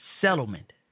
settlement